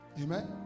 Amen